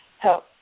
help